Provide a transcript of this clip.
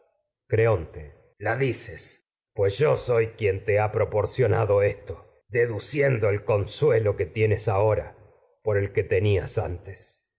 creonte la cionado dices pues yo soy quien te he propor que esto deduciendo el consuelo tienes ahora por el que tenias antes